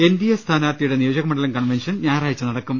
N D A സ്ഥാനാർത്ഥി യുടെ നിയോജകമണ്ഡലം കൺവൻഷൻ ഞായറാഴ്ച നടക്കും